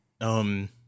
Um-